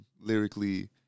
lyrically